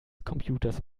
computers